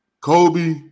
Kobe